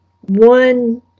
one